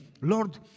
Lord